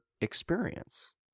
experience